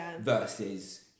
versus